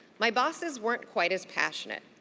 my bosses weren't quite as passionate.